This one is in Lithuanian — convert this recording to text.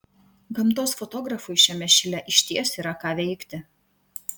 gamtos fotografui šiame šile išties yra ką veikti